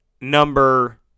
number